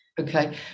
okay